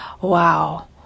wow